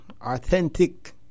authentic